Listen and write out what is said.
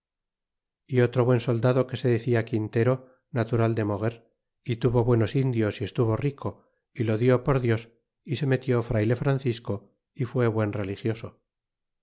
e otro buen soldado que se decia quintero natural de moguer é tuvo buenos indios y estuvo rico é lo lió por dios é se metió frayle francisco y fue buen religioso